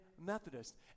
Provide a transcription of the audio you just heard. Methodist